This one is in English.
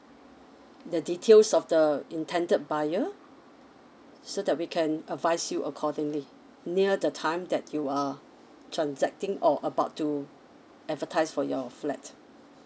the details of the intended buyer so that we can advise you accordingly near the time that you are transacting or about to advertise for your flat